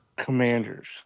Commanders